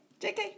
Jk